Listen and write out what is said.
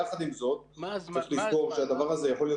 יחד עם זאת צריך לזכור שהדבר הזה יכול להיות